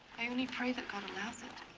i only pray that god allows it.